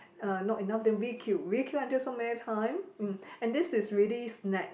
uh not enough then requeue requeue until so many time mm and this really snacks